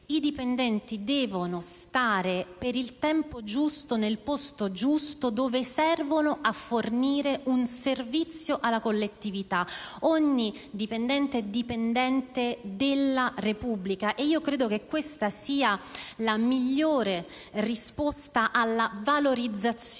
infatti, devono stare per il tempo giusto nel posto giusto, laddove servono a fornire un servizio alla collettività. Ogni dipendente è dipendente della Repubblica e credo che questa sia la migliore risposta alla valorizzazione